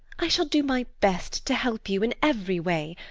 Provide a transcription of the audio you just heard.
i shall do my best to help you in every way.